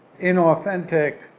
inauthentic